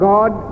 God